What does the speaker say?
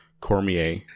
Cormier